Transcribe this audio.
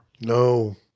No